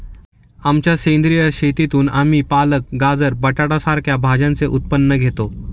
आमच्या सेंद्रिय शेतीतून आम्ही पालक, गाजर, बटाटा सारख्या भाज्यांचे उत्पन्न घेतो